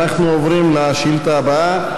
אנחנו עוברים לשאילתה הבאה.